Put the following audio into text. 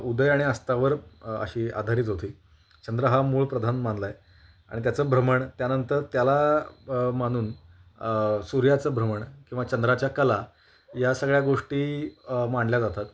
उदय आणि अस्तावर अशी आधारित होती चंद्र हा मूळ प्रधान मानला आहे आणि त्याचं भ्रमण त्यानंतर त्याला मानून सूर्याचं भ्रमण किंवा चंद्राच्या कला या सगळ्या गोष्टी मांडल्या जातात